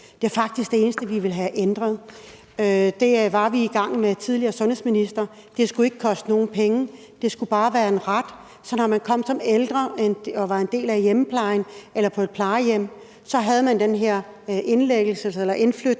Det er faktisk det eneste, vi vil have ændret. Det var vi i gang med under den tidligere sundhedsminister. Det skulle ikke koste nogen penge, det skulle bare være en ret, så når man kom som ældre og var en del af hjemmeplejen, eller på et plejehjem, så havde man den her indflytningssamtale,